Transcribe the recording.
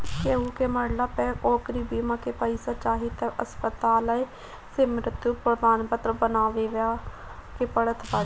केहू के मरला पअ ओकरी बीमा के पईसा चाही तअ अस्पताले से मृत्यु प्रमाणपत्र बनवावे के पड़त बाटे